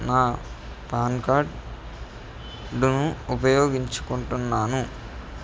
నా పాన్కార్డ్ను ఉపయోగించుకుంటున్నాను